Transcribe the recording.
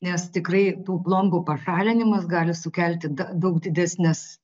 nes tikrai tų plombų pašalinimas gali sukelti daug didesnes